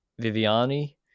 Viviani